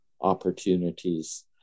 opportunities